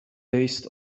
based